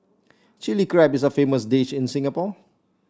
Chilli Crab is a famous dish in Singapore